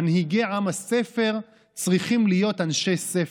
מנהיגי עם הספר צריכים להיות אנשי ספר.